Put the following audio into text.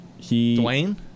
Dwayne